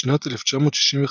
בשנת 1965,